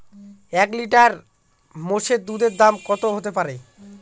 এক লিটার মোষের দুধের দাম কত হতেপারে?